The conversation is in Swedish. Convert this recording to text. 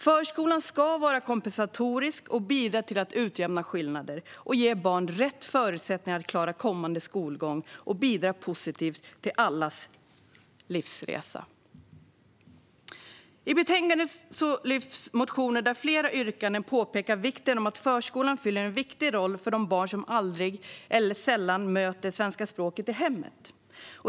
Förskolan ska vara kompensatorisk och bidra till att utjämna skillnader, ge barn rätt förutsättningar att klara kommande skolgång och bidra positivt till allas livsresa. I betänkandet lyfts motioner med yrkanden där det påpekas att förskolan fyller en viktig roll för de barn som aldrig eller sällan möter svenska språket i hemmet.